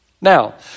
Now